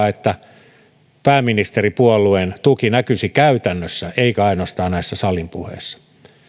että pääministeripuolueen tuki näkyisi käytännössä eikä ainoastaan näissä salin puheissa